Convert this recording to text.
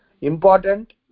important